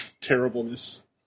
terribleness